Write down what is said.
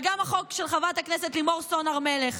וגם החוק של חברת הכנסת לימור סון הר מלך,